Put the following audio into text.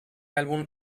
álbum